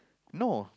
no